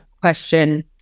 question